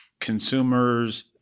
consumers